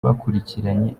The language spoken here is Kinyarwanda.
bakurikiranye